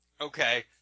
Okay